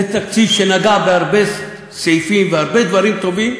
זה תקציב שנגע בהרבה סעיפים, והרבה דברים טובים,